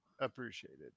appreciated